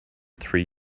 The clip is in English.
three